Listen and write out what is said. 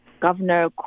Governor